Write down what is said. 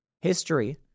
History